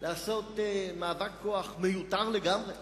לעשות מאבק כוח מיותר לגמרי,